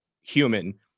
human